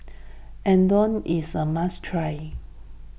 Unadon is a must try